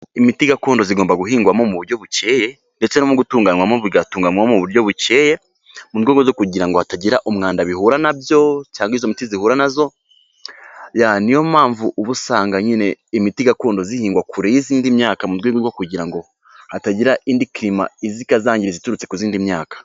Imiti gakondo zigomba guhingwamo mu buryo buceye, ndetse no gutunganywamo, bigatunganywamo mu buryo buceye, murwego rwo kugira ngo hatagira umwanda bihura nabyo, cyangwa izo miti zihura nazo, niyo mpamvu ubu usanga nyine imiti gakondo zihingwa kure y'izindi myaka mu rwego rwo kugira ngo, hatagira, indi kirima, iza ikazangiza ziturutse ku izindi myaka.